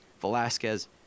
Velasquez